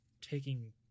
taking